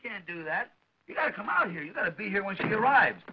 i can't do that you gotta come out here you gotta be here when she arrive